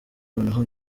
noneho